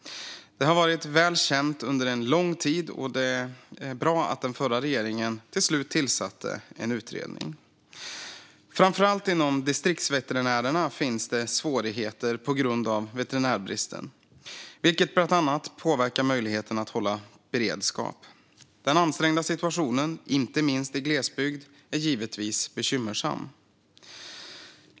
Det har varit väl känt under lång tid, och det är bra att den förra regeringen till slut tillsatte en utredning. Framför allt inom Distriktsveterinärerna finns svårigheter på grund av veterinärbristen, vilket bland annat påverkar möjligheten att hålla beredskap. Den ansträngda situationen, inte minst i glesbygd, är givetvis bekymmersam.